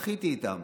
בכיתי איתם.